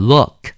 Look